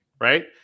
right